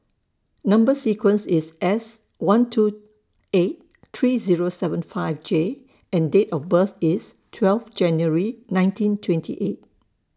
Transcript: Number sequence IS S one two eight three Zero seven five J and Date of birth IS twelve January nineteen twenty eight